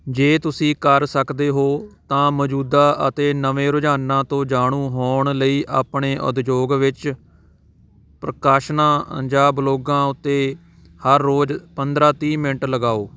ਜੇ ਤੁਸੀਂ ਕਰ ਸਕਦੇ ਹੋ ਤਾਂ ਮੌਜੂਦਾ ਅਤੇ ਨਵੇਂ ਰੁਝਾਨਾਂ ਤੋਂ ਜਾਣੂ ਹੋਣ ਲਈ ਆਪਣੇ ਉਦਯੋਗ ਵਿੱਚ ਪ੍ਰਕਾਸ਼ਨਾਂ ਜਾਂ ਬਲੌਗਾਂ ਉੱਤੇ ਹਰ ਰੋਜ਼ ਪੰਦਰਾਂ ਤੀਹ ਮਿੰਟ ਲਗਾਓ